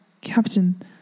Captain